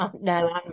no